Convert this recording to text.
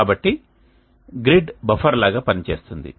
కాబట్టి గ్రిడ్ బఫర్గా పనిచేస్తుంది